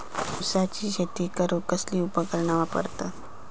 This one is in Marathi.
ऊसाची शेती करूक कसली उपकरणा वापरतत?